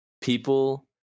people